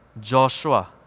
Joshua